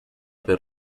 per